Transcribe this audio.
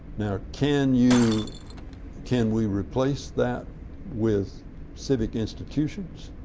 now can you can we replace that with civic institutions?